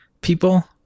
people